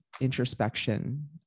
introspection